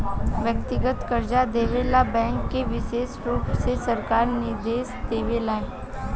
व्यक्तिगत कर्जा देवे ला बैंक के विशेष रुप से सरकार निर्देश देवे ले